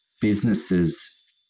businesses